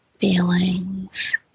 feelings